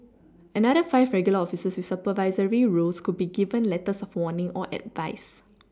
another five regular officers with supervisory roles could be given letters of warning or advice